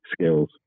skills